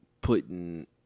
putting